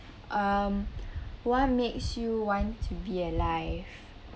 um what makes you want to be alive